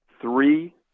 three